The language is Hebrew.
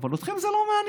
אבל אתכם זה לא מעניין.